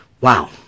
Wow